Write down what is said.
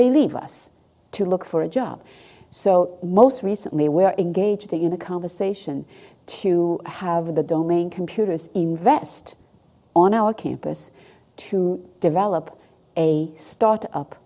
they leave us to look for a job so most recently we're engaged in a conversation to have the domain computers invest on our campus to develop a start up